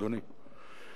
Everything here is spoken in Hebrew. אדוני.